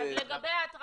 אז לגבי האטרקציות,